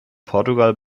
portugal